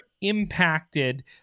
impacted